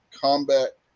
Combat